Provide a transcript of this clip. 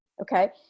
okay